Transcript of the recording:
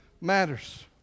matters